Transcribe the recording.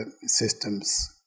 systems